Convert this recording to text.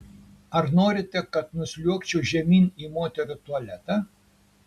ar norite kad nusliuogčiau žemyn į moterų tualetą